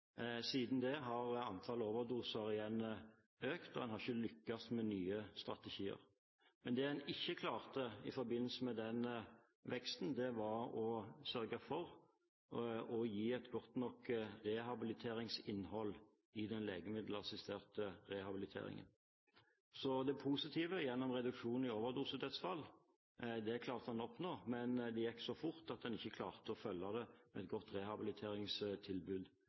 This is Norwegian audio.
Siden det har antallet overdosedødsfall igjen økt, og en har ikke lyktes med nye strategier. Men det en ikke klarte i forbindelse med den veksten, var å sørge for å gi et godt nok rehabiliteringsinnhold i den legemiddelassisterte rehabiliteringen. Det positive er at en klarte å oppnå en reduksjon i antallet overdosedødsfall, men det gikk så fort at en ikke klarte å følge det opp med et godt rehabiliteringstilbud.